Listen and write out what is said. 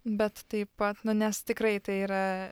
bet taip pat nu nes tikrai tai yra